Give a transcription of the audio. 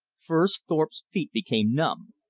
first thorpe's feet became numb,